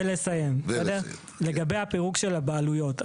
לגבי הפירוק של הבעלויות.